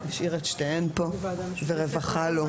נשאיר את שתיהן פה, ורווחה לא.